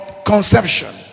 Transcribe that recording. conception